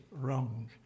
wrong